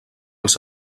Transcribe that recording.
els